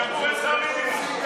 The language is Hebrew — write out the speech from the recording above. בסינגפור אין שכר מינימום.